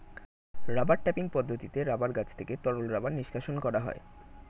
rubber tapping পদ্ধতিতে rubber গাছ থেকে তরল রাবার নিষ্কাশণ করা হয়